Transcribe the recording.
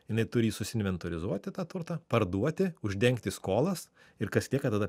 jinai turi jį susiinventorizuoti tą turtą parduoti uždengti skolas ir kas lieka tada